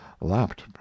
lapped